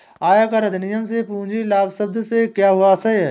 आयकर अधिनियम में पूंजी लाभ शब्द से क्या आशय है?